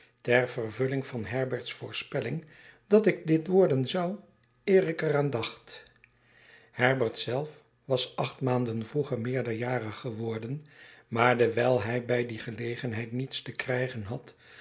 vervulling van herbert's voorspelling dat ik dit worden zou eer ik er aan dacht herbert zelf was acht maanden vroeger meerderjarig geworden maar dewijl hij bij die gelegenheid niets te krijgen had